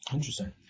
Interesting